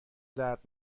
درد